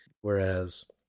Whereas